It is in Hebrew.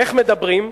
איך מדברים?